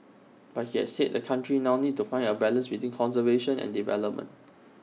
but he has said the country now needs to find A balance between conservation and development